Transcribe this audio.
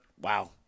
Wow